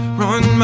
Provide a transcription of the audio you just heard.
run